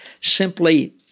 simply